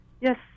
Yes